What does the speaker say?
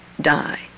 die